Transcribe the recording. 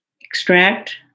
extract